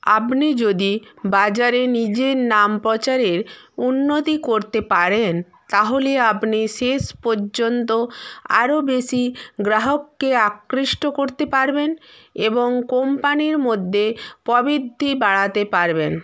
আপনি যদি বাজারে নিজের নাম প্রচারের উন্নতি করতে পারেন তাহলে আপনি শেষ পর্যন্ত আরও বেশি গ্রাহককে আকৃষ্ট করতে পারবেন এবং কোম্পানির মধ্যে প্রবৃদ্ধি বাড়াতে পারবেন